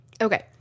okay